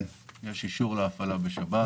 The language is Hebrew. כן, יש אישור להפעלה בשבת.